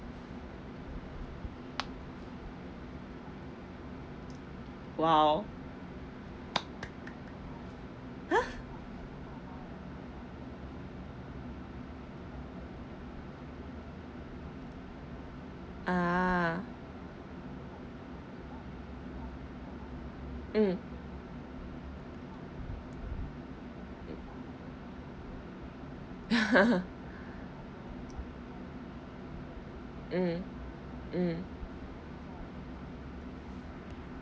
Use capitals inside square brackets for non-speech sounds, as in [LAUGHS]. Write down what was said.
!wow! !huh! ah mm [LAUGHS] mm mm